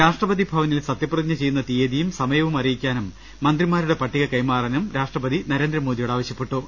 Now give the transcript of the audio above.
രാഷ്ട്രപതി ഭവനിൽ സത്യപ്രതിജ്ഞ ചെയ്യുന്ന തീയതിയും സമയവും അറിയിക്കാനും മന്ത്രിമാരുടെ പട്ടിക കൈമാറാനും രാഷ്ട്രപതി നരേന്ദ്രമോദിയോട് ആവശ്യപ്പെട്ടു